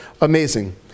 amazing